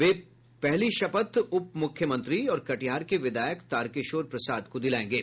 वे पहली शपथ उप मुख्यमंत्री और कटिहार के विधायक तारकिशोर प्रसाद को दिलायेंगे